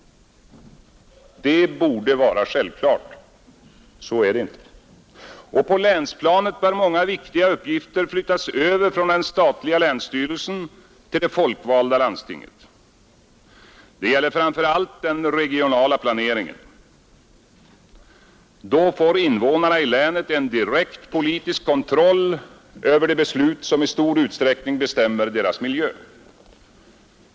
Det borde vara självklart, men så är det inte. Och på länsplanet bör många viktiga uppgifter flyttas över från den statliga länsstyrelsen till det folkvalda landstinget. Detta gäller framför allt den regionala planeringen. Då får invånarna i länet en direkt politisk kontroll över de beslut som i stor utsträckning bestämmer deras miljö.